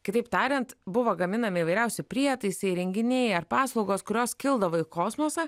kitaip tariant buvo gaminami įvairiausi prietaisai įrenginiai ar paslaugos kurios kildavo į kosmosą